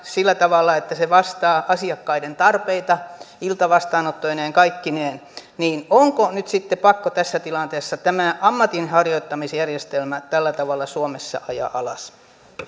sillä tavalla että ne vastaavat asiakkaiden tarpeita iltavastaanottoineen kaikkineen onko nyt sitten pakko tässä tilanteessa tämä ammatinharjoittamisjärjestelmä tällä tavalla suomessa ajaa alas